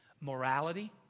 Morality